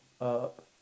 up